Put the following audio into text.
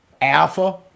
alpha